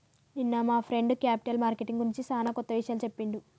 నిన్న మా friend capital marketing గురించి సానా కొత్త విషయాలు చెప్పిండు